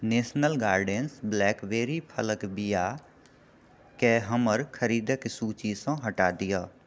national Gardens blackberry फलक बिआ केँ हमर खरीदारिक सूचीसँ हटा दिअऽ